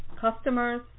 customers